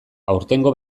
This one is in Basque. aurtengo